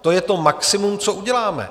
To je to maximum, co uděláme.